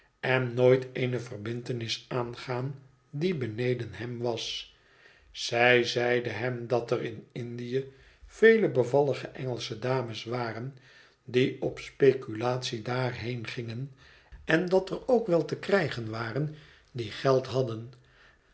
en nooit eene verbintenis aangaan die beneden hem was zij zeide hem dat er in indië vele bevallige engelsche dames waren die op speculatie daarheen gingen en dat er ook wel te krijgen waren die geld hadden